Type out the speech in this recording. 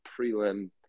prelim